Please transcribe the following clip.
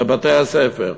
לבתי-הספר.